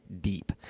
deep